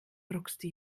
druckste